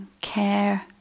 care